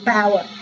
Power